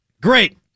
Great